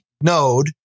node